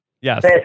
Yes